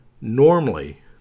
Normally